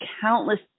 countless